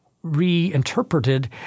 reinterpreted